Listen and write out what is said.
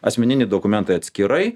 asmeniniai dokumentai atskirai